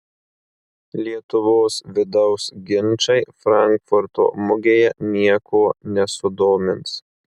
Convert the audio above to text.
lietuvos vidaus ginčai frankfurto mugėje nieko nesudomins